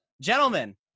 Gentlemen